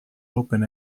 open